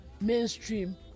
mainstream